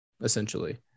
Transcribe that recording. essentially